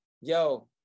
yo